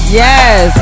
yes